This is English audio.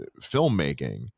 filmmaking